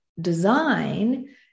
design